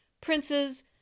...princes